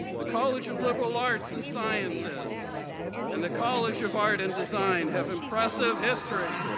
the college of liberal arts and sciences and the college of art and design have impressive history.